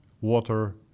water